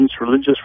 religious